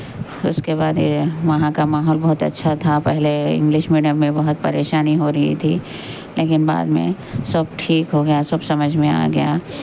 پھر اس کے بعد وہاں کا ماحول بہت اچھا تھا پہلے انگلش میڈیم میں بہت پریشانی ہو رہی تھی لیکن بعد میں سب ٹھیک ہو گیا سب سمجھ میں آگیا